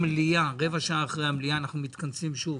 שרבע שעה אחרי המליאה אנחנו מתכנסים שוב,